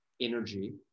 energy